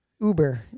Uber